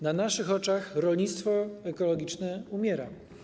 Na naszych oczach rolnictwo ekologiczne umiera.